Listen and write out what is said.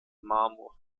marmor